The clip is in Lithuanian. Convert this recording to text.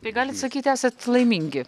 tai galit sakyt esat laimingi